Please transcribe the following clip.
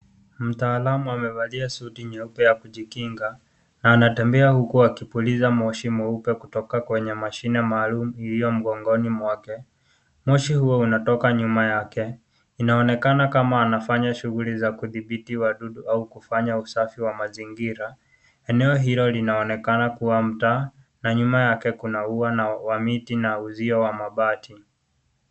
Mtaalamu amevalia suti nyeupe ya kujikinga, na anatembea huku akipuliza moshi mweupe kutoka kwenye mashine maalum iliyo mgongoni mwake. Moshi huo unatoka nyuma yake. Inaonekana kuwa anafanya shughuli za kudhibiti watu au kufanya usafi wa mazingira. Eneo hilo linaonekana kuwa mta na nyuma yake kuna huwa wa miti na uzuio wa mabati.